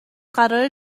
قراره